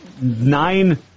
nine